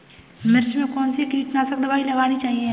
मिर्च में कौन सी कीटनाशक दबाई लगानी चाहिए?